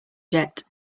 jet